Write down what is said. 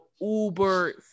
uber